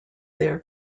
their